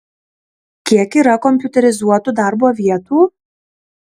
kiek yra kompiuterizuotų darbo vietų